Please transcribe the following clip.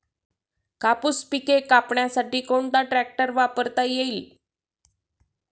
कापूस पिके कापण्यासाठी कोणता ट्रॅक्टर वापरता येईल?